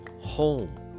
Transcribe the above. home